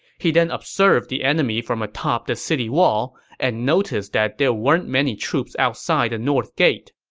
he then observed the enemy from atop the city wall and noticed that there weren't many troops outside the north gate.